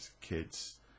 kids